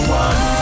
one